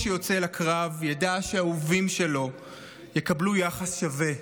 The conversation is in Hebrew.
שיוצא לקרב ידע שהאהובים שלו יקבלו יחס שווה.